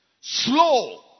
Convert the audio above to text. slow